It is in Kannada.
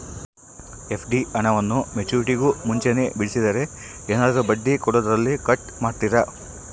ಎಫ್.ಡಿ ಹಣವನ್ನು ಮೆಚ್ಯೂರಿಟಿಗೂ ಮುಂಚೆನೇ ಬಿಡಿಸಿದರೆ ಏನಾದರೂ ಬಡ್ಡಿ ಕೊಡೋದರಲ್ಲಿ ಕಟ್ ಮಾಡ್ತೇರಾ?